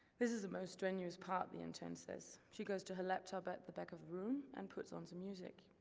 this is the most strenuous part, the intern says. she goes to her laptop at the back of the room and puts on some music.